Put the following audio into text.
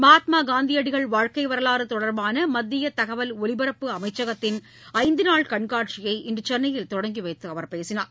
மகாத்மா காந்தி அடிகள் வாழ்க்கை வரவாறு தொடர்பான மத்திய தகவல் ஒலிபரப்பு அமைச்சகத்தின் ஐந்து நாள் கண்காட்சியை இன்று சென்னையில் தொடங்கி வைத்து அவர் பேசினார்